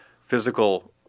physical